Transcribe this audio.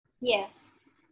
Yes